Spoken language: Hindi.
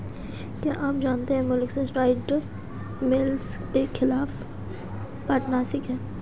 क्या आप जानते है मोलस्किसाइड्स मोलस्क के खिलाफ कीटनाशक हैं?